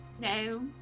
no